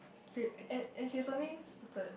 few and and she's only started